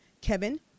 Kevin